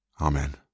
Amen